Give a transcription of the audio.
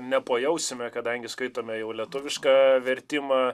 nepajausime kadangi skaitome jau lietuvišką vertimą